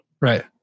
Right